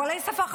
כולנו תקווה